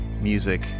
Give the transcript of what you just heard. music